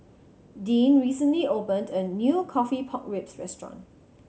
Dean recently opened a new coffee pork ribs restaurant